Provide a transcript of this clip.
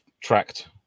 tracked